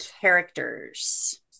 characters